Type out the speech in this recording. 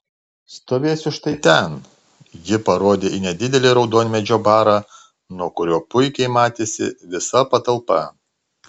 stovėsiu štai ten ji parodė nedidelį raudonmedžio barą nuo kurio puikiai matėsi visa patalpa